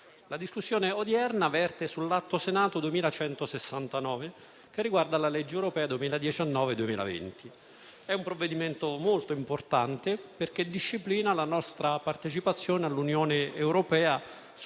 la discussione odierna verte sull'Atto Senato 2169, riguardante la legge europea 2019-2020. È un provvedimento molto importante perché disciplina la nostra partecipazione all'Unione europea con riguardo a